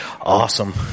Awesome